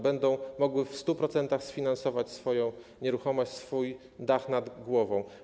Będą mogły w 100% sfinansować swoją nieruchomość, swój dach nad głową.